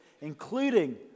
Including